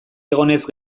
egonez